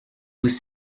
vous